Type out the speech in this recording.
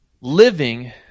living